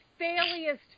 failiest